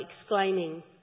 exclaiming